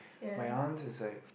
my arms is like